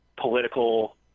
political